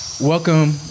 Welcome